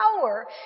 power